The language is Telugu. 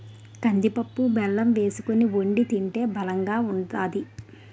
కందిపప్పు బెల్లం వేసుకొని వొండి తింటే బలంగా ఉంతాది